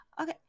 Okay